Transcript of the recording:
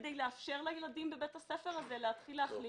כדי לאפשר לילדים בבית הספר הזה להתחיל להחלים